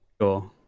sure